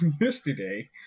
yesterday